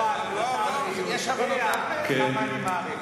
אתה הרי יודע כמה אני מעריך